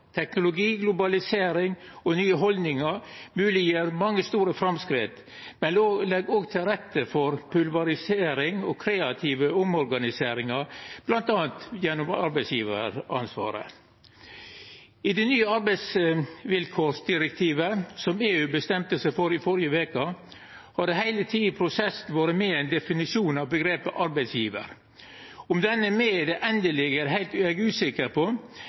Teknologi, globalisering og nye haldningar mogleggjer mange store framsteg, men legg òg til rette for pulverisering og kreative omorganiseringar, m.a. gjennom arbeidsgjevaransvaret. I det nye direktivet om arbeidsvilkår som EU bestemte seg for i førre veke, har det heile tida i prosessen vore med ein definisjon av omgrepet «arbeidsgjevar». Om hann er med i det endelege er eg usikker på,